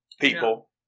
People